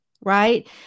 right